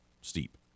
steep